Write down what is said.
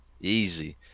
Easy